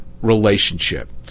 relationship